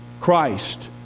Christ